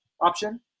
option